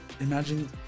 imagine